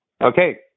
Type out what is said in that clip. Okay